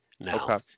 now